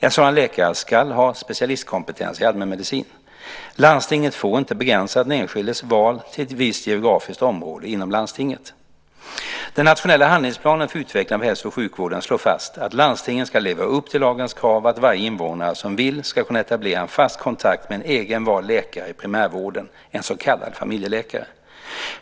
En sådan läkare ska ha specialistkompetens i allmänmedicin. Landstinget får inte begränsa den enskildes val till ett visst geografiskt område inom landstinget. Den nationella handlingsplanen för utveckling av hälso och sjukvården slår fast att landstingen ska leva upp till lagens krav att varje invånare som vill ska kunna etablera en fast kontakt med en egen vald läkare i primärvården, en så kallad familjeläkare.